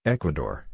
Ecuador